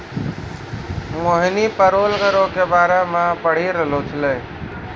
मोहिनी payroll करो के बारे मे पढ़ि रहलो छलै